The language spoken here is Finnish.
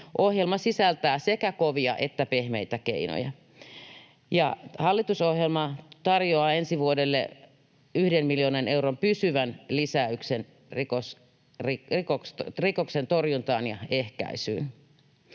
Ohjelma sisältää sekä kovia että pehmeitä keinoja. Hallitusohjelma tarjoaa ensi vuodelle yhden miljoonan euron pysyvän lisäyksen rikosten torjuntaan ja ehkäisyyn.